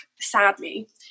sadly